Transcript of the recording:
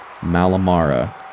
Malamara